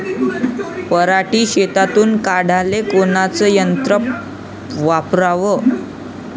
पराटी शेतातुन काढाले कोनचं यंत्र वापराव?